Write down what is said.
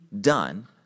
done